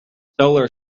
solar